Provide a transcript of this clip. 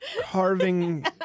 carving